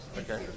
okay